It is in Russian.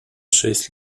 шесть